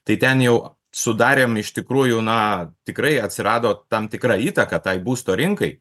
tai ten jau sudarėm iš tikrųjų na tikrai atsirado tam tikra įtaka tai būsto rinkai